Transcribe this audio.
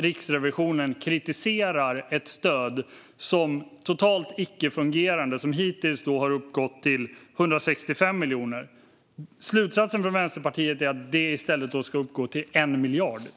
Riksrevisionen kritiserar ett stöd, som hittills har uppgått till 165 miljoner, som totalt icke-fungerande. Slutsatsen från Vänsterpartiets sida är då att det i stället ska uppgå till 1 miljard.